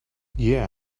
yeah